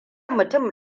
mutum